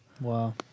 Wow